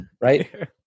right